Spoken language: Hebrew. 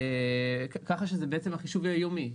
ככה שהחישוב בעצם יהיה יומי.